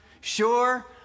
Sure